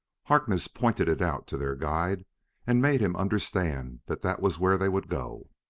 harkness pointed it out to their guide and made him understand that that was where they would go.